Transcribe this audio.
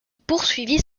poursuivit